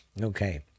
Okay